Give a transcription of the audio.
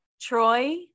Troy